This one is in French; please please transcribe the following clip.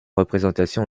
représentation